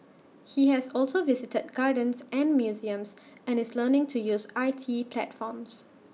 he has also visited gardens and museums and is learning to use I T platforms